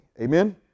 Amen